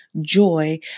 joy